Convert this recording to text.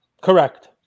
Correct